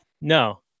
No